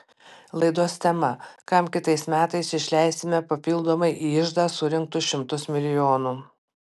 laidos tema kam kitais metais išleisime papildomai į iždą surinktus šimtus milijonų